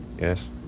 Yes